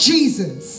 Jesus